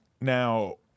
Now